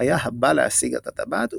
היה הבא להשיג את הטבעת,